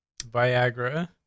Viagra